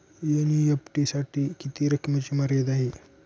NEFT साठी किती रकमेची मर्यादा आहे?